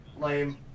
Lame